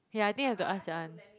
yeah I think have to ask your aunt